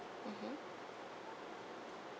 mmhmm